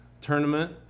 tournament